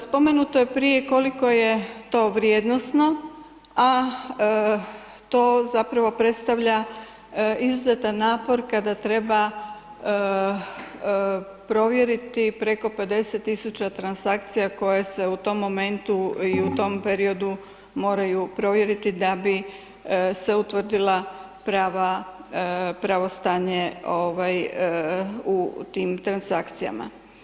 Spomenuto je prije koliko je to vrijednosno, a to zapravo predstavlja izuzetan napor kada treba provjeriti preko 50.000 tisuća transakcija koje se u tom momentu i u tom periodu moraju provjeriti da bi se utvrdila prava, pravo stanje ovaj u tim transakcijama.